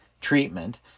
treatment